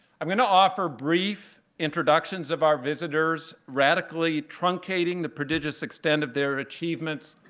i'm going to offer brief introductions of our visitors, radically truncating the prodigious extent of their achievements.